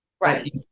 Right